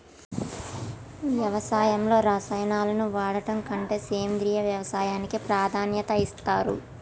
వ్యవసాయంలో రసాయనాలను వాడడం కంటే సేంద్రియ వ్యవసాయానికే ప్రాధాన్యత ఇస్తరు